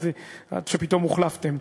עד שפתאום התחלפתם.